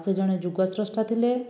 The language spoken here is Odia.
ସେ ଜଣେ ଯୁଗ ସ୍ରଷ୍ଟା ଥିଲେ